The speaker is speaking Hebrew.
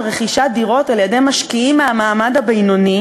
רכישת דירות על-ידי משקיעים מהמעמד הבינוני